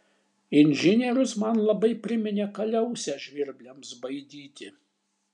inžinierius man labai priminė kaliausę žvirbliams baidyti